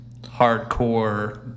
hardcore